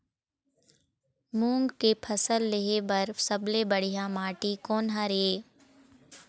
मूंग के फसल लेहे बर सबले बढ़िया माटी कोन हर ये?